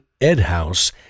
Edhouse